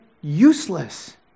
useless